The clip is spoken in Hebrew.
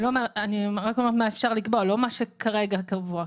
אני רק אומרת מה אפשר לקבוע, לא מה שכרגע קבוע.